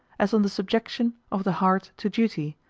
as on the subjection of the heart to duty,